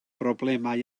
broblemau